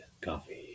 Coffee